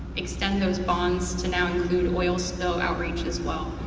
extend those bonds to now include oil spill outreach as well.